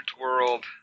World